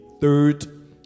third